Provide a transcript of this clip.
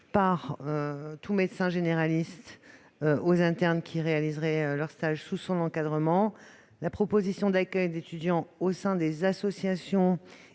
par tout médecin généraliste aux internes qui réaliseraient leur stage sous son encadrement. L'accueil d'étudiants au sein des associations